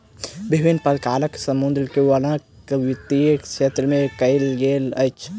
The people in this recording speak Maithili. विभिन्न प्रकारक मुद्रा के वर्णन वित्तीय क्षेत्र में कयल गेल अछि